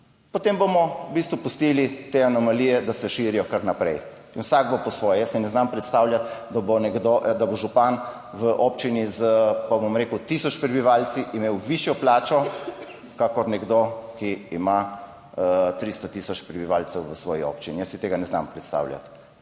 potem bomo v bistvu pustili te anomalije, da se širijo kar naprej in vsak bo po svoje. Jaz si ne znam predstavljati, da bo župan v občini z pa bom rekel tisoč prebivalci imel višjo plačo, kakor nekdo, ki ima 300000 prebivalcev v svoji občini. Jaz si tega ne znam predstavljati.